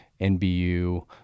NBU